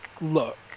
look